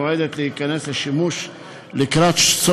עברה בקריאה ראשונה ותועבר לוועדת הרפורמות להכנה לקריאה שנייה